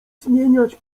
zmieniać